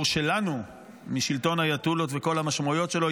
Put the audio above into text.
שלנו משלטון האייתולות וכל המשמעויות שלו,